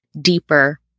deeper